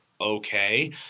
okay